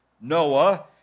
Noah